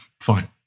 Fine